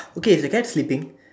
okay the cat sleeping